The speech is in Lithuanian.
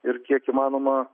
ir kiek įmanoma